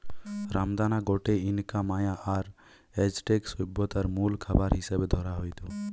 রামদানা গটে Inca, Maya আর অ্যাজটেক সভ্যতারে মুল খাবার হিসাবে ধরা হইত